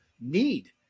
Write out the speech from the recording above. need